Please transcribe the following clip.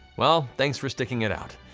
well, thanks for sticking it out.